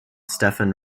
stephen